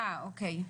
אוקיי.